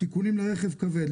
תיקונים לרכב כבד,